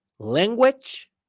Language